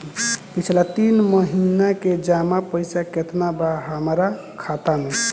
पिछला तीन महीना के जमा पैसा केतना बा हमरा खाता मे?